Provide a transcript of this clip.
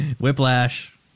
Whiplash